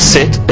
Sit